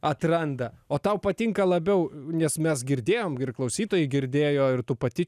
atranda o tau patinka labiau nes mes girdėjom ir klausytojai girdėjo ir tu pati